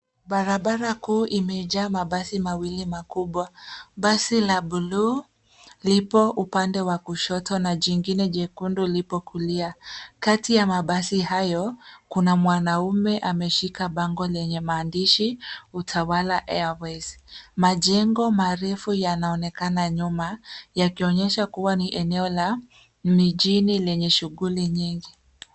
Barabara kuu imejaa mabasi mawili makubwa. Basi la bluu lipo upande wa kushoto na jingine jekundu lipo kulia. Kati ya mabasi hayo, kuna mwanaume ameshika bango lenye maandishi Utawala, Airways. Majengo marefu yanaonekana nyuma yakionyesha kuwa ni eneo la mijini lenye shughuli nyingi.